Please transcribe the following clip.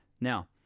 Now